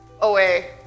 away